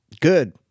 Good